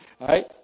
right